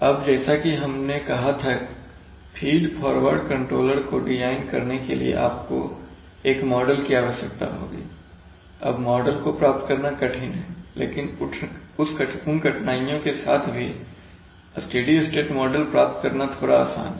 अब जैसा कि हमने कहा था फीड फॉरवर्ड कंट्रोलर को डिजाइन करने के लिए आपको एक मॉडल की आवश्यकता होगी अब मॉडल को प्राप्त करना कठिन है लेकिन उन कठिनाइयों के साथ भी स्टेडी स्टेट मॉडल प्राप्त करना वास्तव में थोड़ा आसान है